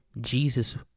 Jesus